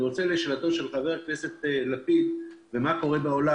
אני רוצה להתייחס לשאלתו של חבר הכנסת לפיד לגבי מה שקורה בעולם.